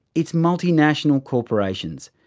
it's multinational corporations.